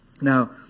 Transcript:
Now